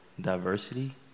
diversity